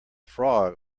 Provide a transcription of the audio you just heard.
frog